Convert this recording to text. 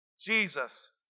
Jesus